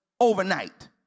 overnight